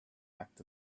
act